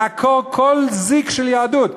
לעקור כל זיק של יהדות,